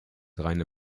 reine